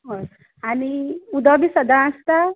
हय आनी उदक बी सदां आसता